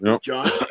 John